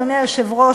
אדוני היושב-ראש,